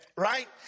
Right